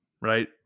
right